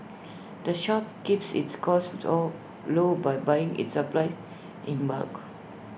the shop keeps its costs low by buying its supplies in bulk